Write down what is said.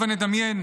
הבה נדמיין